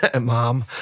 Mom